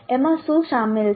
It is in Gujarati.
એમાં શું સામેલ છે